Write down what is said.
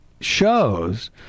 shows